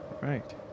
Right